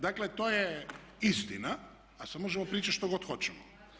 Dakle, to je istina, a sad možemo pričati što god hoćemo.